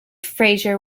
fraser